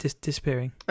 disappearing